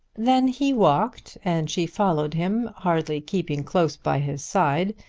then he walked and she followed him, hardly keeping close by his side,